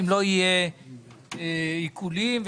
לא יהיו עיקולים במשך חודשיים,